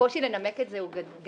הקושי לנמק את זה גדל,